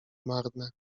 marne